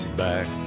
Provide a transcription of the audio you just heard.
back